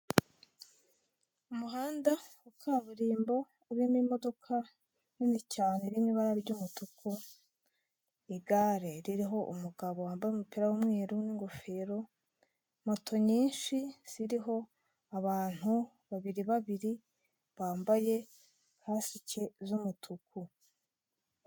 Umuhanda wa kaburimbo urimo imodoka nini cyane iri mu ibara ry'umutuku, igare ririho umugabo wambaye umupira w'umweru n'ingofero, moto nyinshi ziriho abantu babiri babiri bambaye kasike z'umutuku.